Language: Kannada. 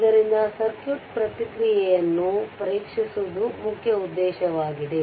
ಆದ್ದರಿಂದ ಸರ್ಕ್ಯೂಟ್ ಪ್ರತಿಕ್ರಿಯೆಯನ್ನುಪರೀಕ್ಷಿಸುವುದು ಮುಖ್ಯ ಉದ್ದೇಶವಾಗಿದೆ